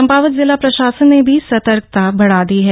चम्पावत जिला प्रशासन ने भी सतर्कता बढ़ा दी है